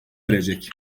erecek